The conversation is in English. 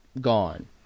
gone